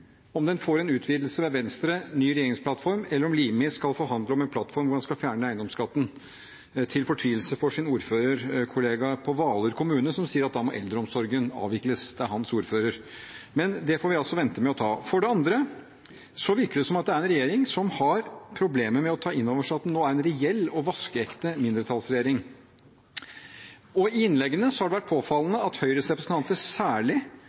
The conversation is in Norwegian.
om den får en utvidelse ved Venstre, ny regjeringsplattform, eller om Limi skal forhandle om en plattform hvor han skal fjerne eiendomsskatten – til fortvilelse for sin ordførerkollega i Hvaler kommune, som sier at da må eldreomsorgen avvikles. Det er hans ordfører. Men det får vi vente med å ta. For det andre virker det som om det er en regjering som har problemer med å ta inn over seg at den nå er en reell og vaskeekte mindretallsregjering. I innleggene har det vært påfallende at Høyres representanter særlig har vist til at nå er det opposisjonens og særlig